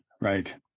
Right